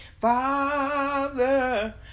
Father